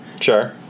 Sure